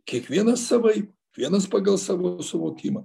kiekvienas savaip vienas pagal savo suvokimą